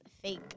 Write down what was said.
fake